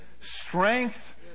strength